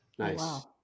Nice